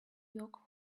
york